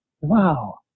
wow